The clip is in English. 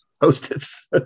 Post-its